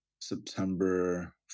September